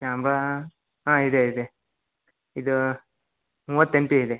camera ಹಾಂ ಇದೆ ಇದೆ ಇದು ಮೂವತ್ತೆಂಟು ಇದೆ